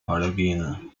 halogene